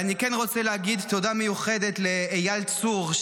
אני כן רוצה להגיד תודה מיוחדת לאייל צור,